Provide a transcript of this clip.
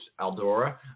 Aldora